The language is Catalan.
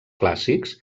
clàssics